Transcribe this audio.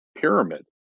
pyramid